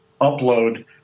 upload